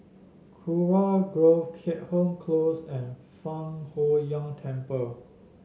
Kurau Grove Keat Hong Close and Fang Huo Yuan Temple